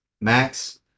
Max